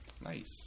Nice